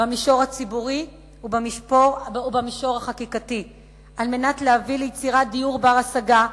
במישור הציבורי ובמישור החקיקתי על מנת להביא ליצירת דיור בר-השגה.